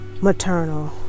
maternal